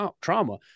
trauma